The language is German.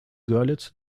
görlitz